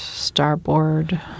Starboard